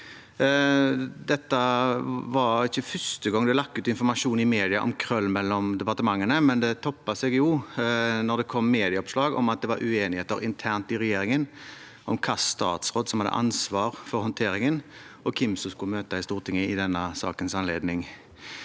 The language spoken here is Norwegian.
Dette var ikke første gang det lekket ut informasjon i media om krøll mellom departementene, men det toppet seg da det kom medieoppslag om at det var uenigheter internt i regjeringen om hvilken statsråd som hadde ansvar for håndteringen, og hvem som skulle møte i Stortinget i denne sakens anledning.